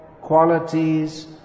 qualities